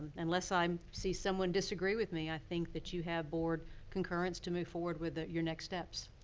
unless i um see someone disagree with me, i think that you have board concurrence to move forward with your next steps.